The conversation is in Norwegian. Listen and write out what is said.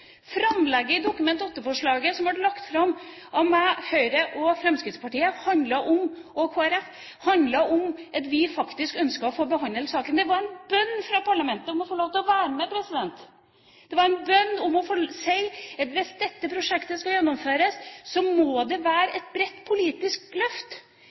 Dokument nr. 8-forslaget som ble lagt fram av Høyre, Kristelig Folkeparti og Venstre, handlet om at vi faktisk ønsket å få behandlet saken. Det var en bønn fra parlamentet om å få lov til å være med! Det var en bønn der vi sa at hvis dette prosjektet skal gjennomføres, må det være et bredt politisk løft.